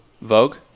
Vogue